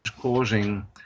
causing